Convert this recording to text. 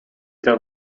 der